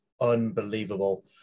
unbelievable